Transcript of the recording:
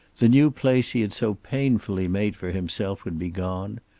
the new place he had so painfully made for himself would be gone.